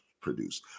produce